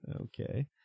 okay